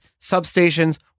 substations